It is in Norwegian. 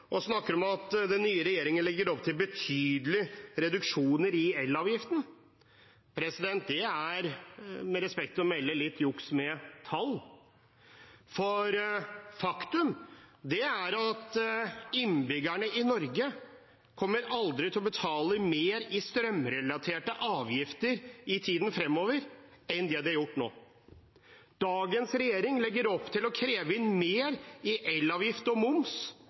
og snakker om at den nye regjeringen legger opp til betydelige reduksjoner i elavgiften. Det er med respekt å melde litt juks med tall, for faktum er at innbyggerne i Norge aldri kommer til å betale mer i strømrelaterte avgifter i tiden fremover enn det de har gjort nå. Dagens regjering legger opp til å kreve inn mer i elavgift og moms